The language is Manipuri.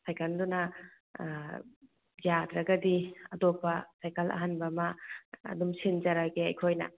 ꯁꯥꯏꯀꯜꯗꯨꯅ ꯌꯥꯗ꯭ꯔꯒꯗꯤ ꯑꯇꯣꯞꯄ ꯁꯥꯏꯀꯜ ꯑꯍꯟꯕ ꯑꯃ ꯑꯗꯨꯝ ꯁꯤꯟꯖꯔꯒꯦ ꯑꯩꯈꯣꯏꯅ